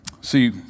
See